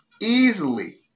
easily